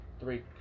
three